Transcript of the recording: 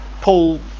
Paul